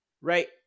right